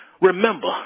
Remember